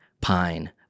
pine